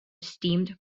steamed